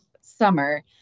Summer